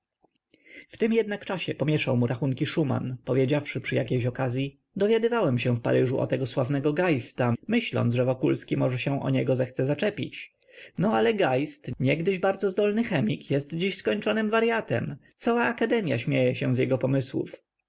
w tym jednak razie pomieszał mu rachunki szuman powiedziawszy przy jakiejś okazyi dowiadywałem się w paryżu o tego sławnego geista myśląc że wokulski może się o niego zechce zaczepić no ale geist niegdyś bardzo zdolny chemik jest dziś skończonym waryatem cała akademia śmieje się z jego pomysłów